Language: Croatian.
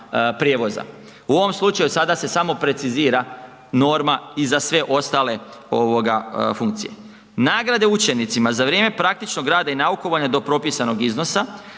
prijevoza. U ovom slučaju sada se samo precizira norma i za sve ostale ovoga funkcije. Nagrade učenicima za vrijeme praktičnog rada i naukovanja do propisanog iznosa,